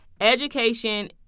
Education